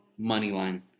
Moneyline